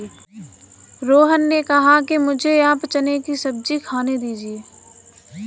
रोहन ने कहा कि मुझें आप चने की सब्जी खाने दीजिए